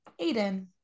Aiden